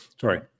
Sorry